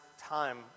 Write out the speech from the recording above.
time